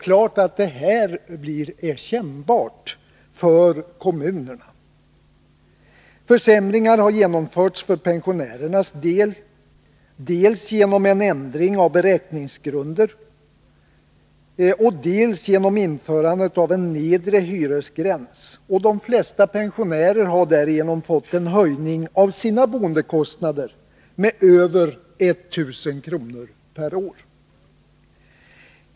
Självfallet är detta kännbart för kommunerna. Försämringar har genomförts för pensionärerna dels genom en ändring av beräkningsgrunder, dels genom införandet av en nedre hyresgräns. De flesta pensionärer har därigenom fått en höjning av sina boendekostnader med över 1 000 kr. per år.